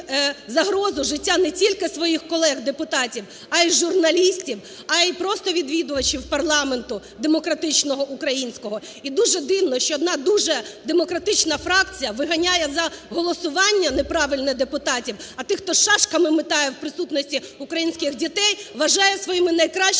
загрозу життя не тільки своїх колег депутатів, а й журналістів, а й просто відвідувачів парламенту, демократичного українського. І дуже дивно, що одна дуже демократична фракція виганяє за голосування неправильне депутатів, а тих хто шашками метає в присутності українських дітей, вважає своїми найкращими